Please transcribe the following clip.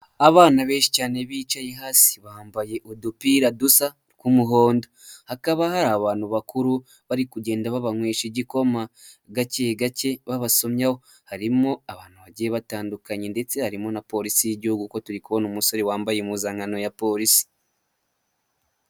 Abana benshi cyane bicaye hasi, bambaye udupira dusa tw'umuhondo hakaba hari abantu bakuru bari kugenda babawesha igikoma gake gake babasomyaho. Harimo abantu bagiye batandukanye ndetse harimo na polisi y'igihugu kuko turi kubona umusore wambaye impuzankano ya polisi.